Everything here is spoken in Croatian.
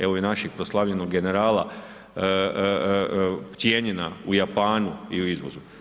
Evo i našeg proslavljenog generala, cijenjena u Japanu i u izvozu.